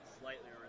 slightly